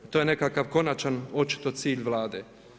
To je nekakav konačan očito cilj Vlade.